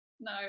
No